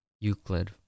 Euclid